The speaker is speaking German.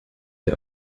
der